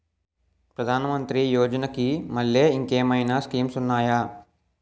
ప్రధాన మంత్రి యోజన కి మల్లె ఇంకేమైనా స్కీమ్స్ ఉన్నాయా?